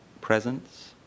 presence